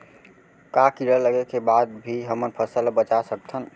का कीड़ा लगे के बाद भी हमन फसल ल बचा सकथन?